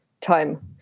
time